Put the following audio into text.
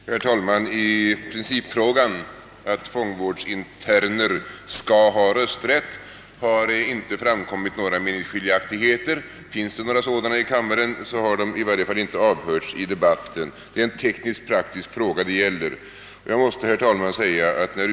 Herr talman! I principfrågan att fångvårdens interner skall ha rösträtt råder inga meningsskiljaktigheter i kammaren — i varje fall har några sådana inte kommit fram i debatten, Frågan är av teknisk-praktisk natur.